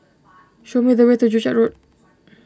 show me the way to Joo Chiat Road